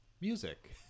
Music